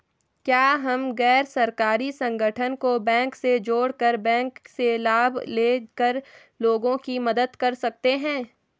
क्या हम गैर सरकारी संगठन को बैंक से जोड़ कर बैंक से लाभ ले कर लोगों की मदद कर सकते हैं?